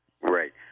Right